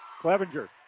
Clevenger